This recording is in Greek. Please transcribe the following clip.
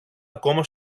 ακόμα